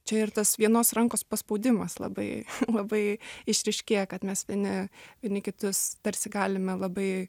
čia ir tas vienos rankos paspaudimas labai labai išryškėja kad mes vieni vieni kitus tarsi galime labai